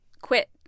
quit